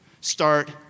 Start